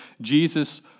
Jesus